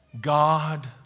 God